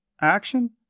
action